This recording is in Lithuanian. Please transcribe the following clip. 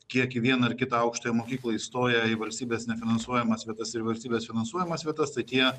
kiek į vieną ar kitą aukštąją mokyklą įstoja į valstybės nefinansuojamas vietas ir valstybės finansuojamas vietas tai tie